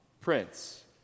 Prince